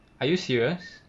are you serious